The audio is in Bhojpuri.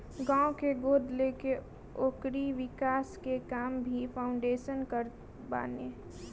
गांव के गोद लेके ओकरी विकास के काम भी फाउंडेशन करत बाने